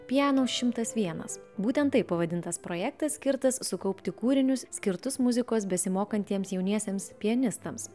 piano šimtas vienas būtent taip pavadintas projektas skirtas sukaupti kūrinius skirtus muzikos besimokantiems jauniesiems pianistams